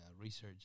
Research